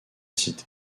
cité